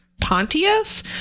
Pontius